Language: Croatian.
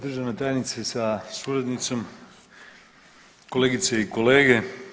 Državna tajnice sa suradnicom, kolegice i kolege.